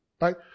Right